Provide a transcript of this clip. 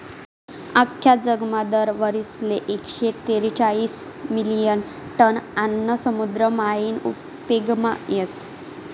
आख्खा जगमा दर वरीसले एकशे तेरेचायीस मिलियन टन आन्न समुद्र मायीन उपेगमा येस